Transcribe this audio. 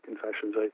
confessions